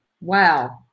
Wow